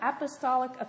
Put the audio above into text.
apostolic